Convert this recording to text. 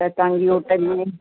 त तव्हांजी होटल में